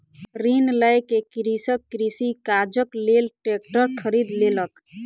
ऋण लय के कृषक कृषि काजक लेल ट्रेक्टर खरीद लेलक